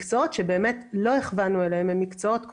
מקצועות שלא הכוונו אליהם הם מקצועות,